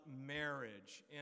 marriage